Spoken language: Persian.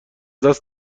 دست